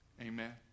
Amen